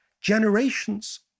generations